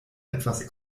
etwas